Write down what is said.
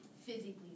physically